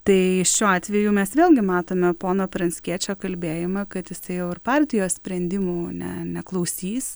tai šiuo atveju mes vėlgi matome pono pranckiečio kalbėjimą kad jisai jau ir partijos sprendimų ne neklausys